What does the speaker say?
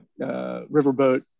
riverboat